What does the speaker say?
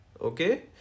Okay